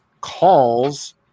calls